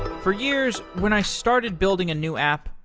for years, when i started building a new app,